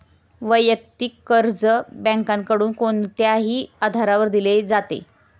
वैयक्तिक कर्ज बँकांकडून कोणत्याही आधारावर दिले जाते